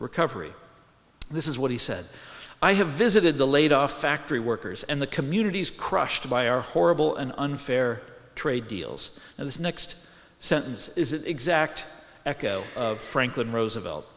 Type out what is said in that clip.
recovery this is what he said i have visited the laid off factory workers and the communities crushed by our horrible and unfair trade deals and this next sentence is an exact echo of franklin roosevelt